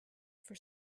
for